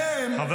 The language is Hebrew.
נרצחו